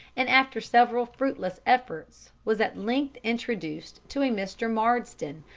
and after several fruitless efforts was at length introduced to a mr. marsden,